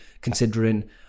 considering